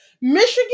Michigan